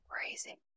crazy